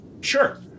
Sure